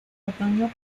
otoño